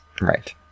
Right